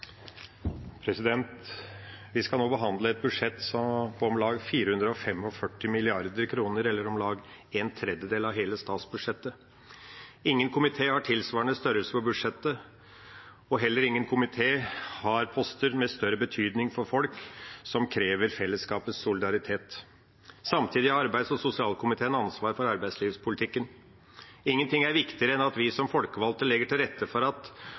om lag 445 mrd. kr, eller om lag en tredjedel av hele statsbudsjettet. Ingen komité har tilsvarende størrelse på budsjettet, og heller ingen komité har poster med større betydning for folk, som krever fellesskapets solidaritet. Samtidig har arbeids- og sosialkomiteen ansvaret for arbeidslivspolitikken. Ingen ting er viktigere enn at vi som folkevalgte legger til rette for at